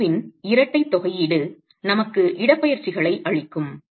அந்த வளைவின் இரட்டை தொகையீடு நமக்கு இடப்பெயர்ச்சிகளை அளிக்கும்